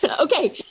Okay